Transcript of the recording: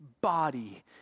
body